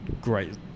great